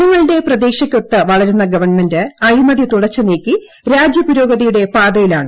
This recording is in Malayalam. ജനങ്ങളുടെ പ്രതീക്ഷയ്ക്കൊത്തു വളരുന്ന ഗവൺമെന്റ് അഴിമതി തുടച്ചുനീക്കി രാജ്യപൂര്രോഗതിയുടെ പാതയിലാണ്